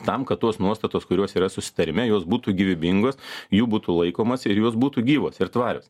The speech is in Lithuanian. tam kad tos nuostatos kurios yra susitarime jos būtų gyvybingos jų būtų laikomasi ir jos būtų gyvos ir tvarios